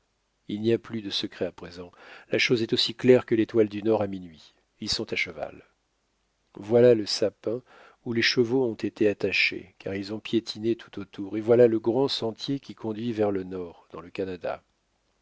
il n'y a plus de secret à présent la chose est aussi claire que l'étoile du nord à minuit ils sont à cheval voilà le sapin où les chevaux ont été attachés car ils ont piétiné tout autour et voilà le grand sentier qui conduit vers le nord dans le canada